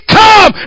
come